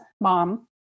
mom